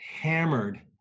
hammered